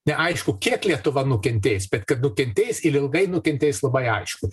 neaišku kiek lietuva nukentės bet kad nukentės ir ilgai nukentės labai aišku